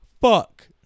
Fuck